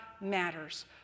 matters